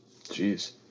jeez